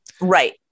Right